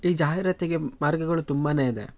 ಈ ಜಾಹೀರಾತಿಗೆ ಮಾರ್ಗಗಳು ತುಂಬಾ ಇದೆ